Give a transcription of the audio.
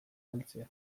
galtzea